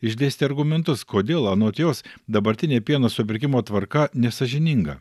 išdėstė argumentus kodėl anot jos dabartinė pieno supirkimo tvarka nesąžininga